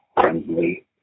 friendly